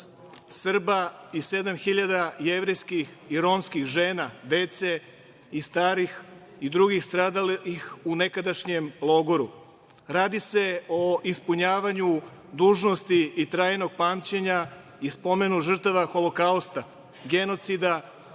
Srba i 7.000 jevrejskih i romskih žena, dece, starih i drugih stradalih u nekadašnjem logoru. Radi se o ispunjavanju dužnosti i trajnog pamćenja i spomenu žrtava Holokausta, genocida,